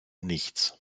nichts